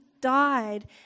died